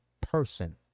person